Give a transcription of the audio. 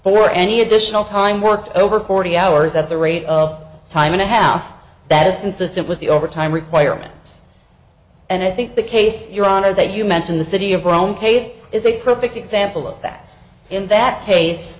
for any additional time worked over forty hours at the rate of time and a half that is consistent with the overtime requirements and i think the case your honor that you mentioned the city of rome case is a perfect example of that in that case